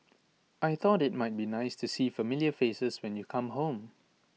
I thought IT might be nice to see familiar faces when you come home